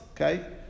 okay